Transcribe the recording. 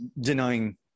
denying